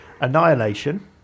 Annihilation